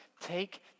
Take